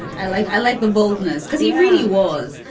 and i like i like the boldness because he really was.